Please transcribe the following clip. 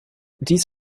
dies